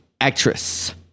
Actress